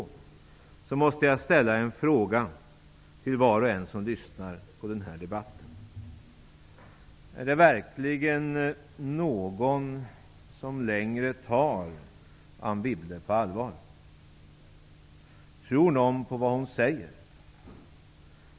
Efter detta måste jag ställa en fråga till var och en som lyssnar på den här debatten: Är det verkligen någon som tar Anne Wibble på allvar längre? Tror någon på vad hon säger?